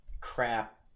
crap